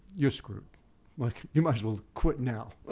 you're screwed like you might as well quit now.